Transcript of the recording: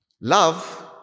Love